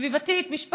סביבתית, משפחתית,